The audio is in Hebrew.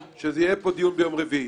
שיהיה פה דיון ביום רביעי.